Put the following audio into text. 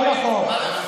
זה לא נכון.